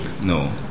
no